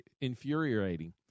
infuriating